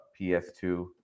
PS2